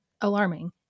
alarming